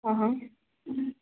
हा हा